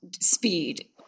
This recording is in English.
speed